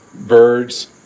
birds